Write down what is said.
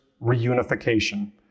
reunification